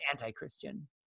anti-Christian